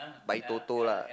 buy Toto lah